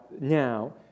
now